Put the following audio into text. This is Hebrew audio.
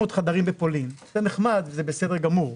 600 חדרים בפולין זה נחמד וזה בסדר גמור,